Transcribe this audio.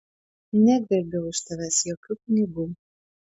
negvelbiau iš tavęs jokių pinigų